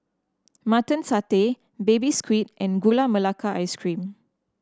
Mutton Satay Baby Squid and Gula Melaka Ice Cream